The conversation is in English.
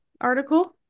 article